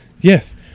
Yes